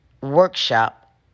workshop